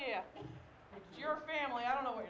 idea your family i don't know where